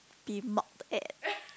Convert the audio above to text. be mocked at